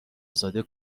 ازاده